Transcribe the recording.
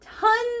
Tons